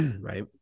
Right